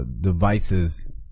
devices